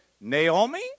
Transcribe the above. Naomi